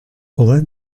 although